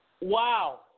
wow